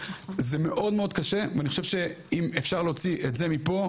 זה מאוד מאוד קשה ואני חושב שאם אפשר להוציא את זה מפה,